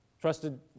trusted